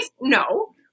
No